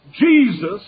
Jesus